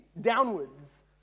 downwards